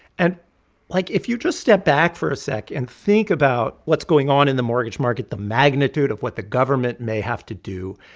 and like, if you just step back for a sec and think about what's going on in the mortgage market, the magnitude of what the government may have to do,